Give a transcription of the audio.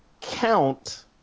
count